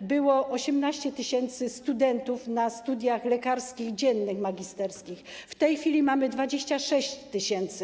było 18 tys. studentów na studiach lekarskich dziennych magisterskich, w tej chwili mamy ich 26 tys.